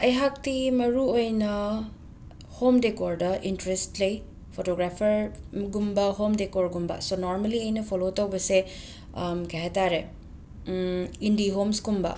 ꯑꯩꯍꯥꯛꯇꯤ ꯃꯔꯨꯑꯣꯏꯅ ꯍꯣꯝ ꯗꯣꯀꯣꯔꯗ ꯏꯟꯇ꯭ꯔꯦꯁ ꯂꯩ ꯐꯣꯇꯣꯒ꯭ꯔꯥꯐꯔꯒꯨꯝꯕ ꯍꯣꯝ ꯗꯣꯀꯣꯔꯒꯨꯝꯕ ꯁꯣ ꯅꯣꯔꯃꯜꯂꯤ ꯑꯩꯅ ꯐꯣꯂꯣ ꯇꯧꯕꯁꯦ ꯀꯩ ꯍꯥꯏꯇꯥꯔꯦ ꯏꯟꯗꯤ ꯍꯣꯝꯁꯀꯨꯝꯕ